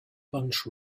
bunch